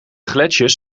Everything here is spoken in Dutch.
gletsjers